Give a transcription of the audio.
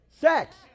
Sex